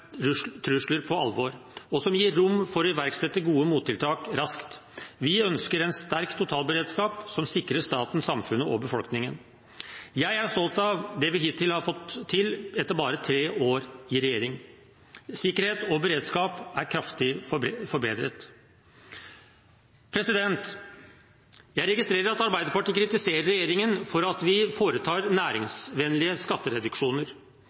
trusler på alvor, og som gir rom for å iverksette gode mottiltak raskt. Vi ønsker en sterk totalberedskap som sikrer staten, samfunnet og befolkningen. Jeg er stolt av det vi hittil har fått til på bare tre år i regjering. Sikkerhet og beredskap er kraftig forbedret. Jeg registrerer at Arbeiderpartiet kritiserer regjeringen for at den foretar næringsvennlige skattereduksjoner.